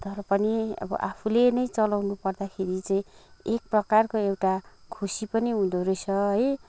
तर पनि अब आफूले नै चलाउनु पर्दाखेरि चाहिँ एक प्रकारको एउटा खुसी पनि हुँदो रहेछ है